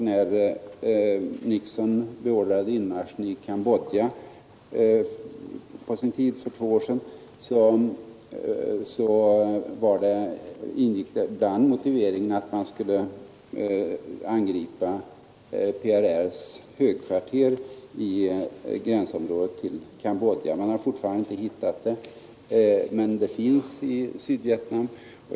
När president Nixon för två år sedan beordrade inmarschen i Cambodja ingick det i motiveringen att man skulle angripa PRR:s högkvarter som påstods finnas i gränsområdet till Cambodja. Man har fortfarande inte funnit det, men det ligger i Sydvietnam.